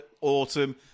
autumn